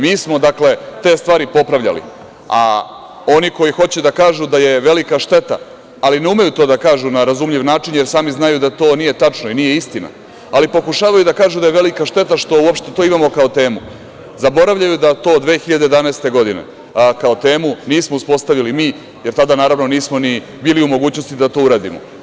Mi smo te stvari popravljali, a oni koji hoće da kažu da je velika šteta, ali ne umeju to da kažu na razumljiv način, jer sami znaju da to nije tačno i nije istina, ali pokušavaju da kažu da je velika šteta što uopšte to imamo kao temu, zaboravljaju da to od 2011. godine, kao temu nismo uspostavili mi, jer tada naravno nismo ni bili u mogućnosti da to uradimo.